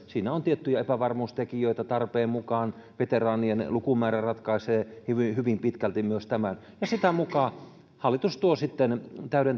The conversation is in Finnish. siinä on tiettyjä epävarmuustekijöitä tarpeen mukaan veteraanien lukumäärä ratkaisee hyvin hyvin pitkälti myös tämän ja sitä mukaa hallitus tuo sitten